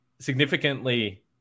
significantly